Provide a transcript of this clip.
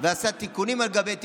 ועשה תיקונים על גבי תיקונים,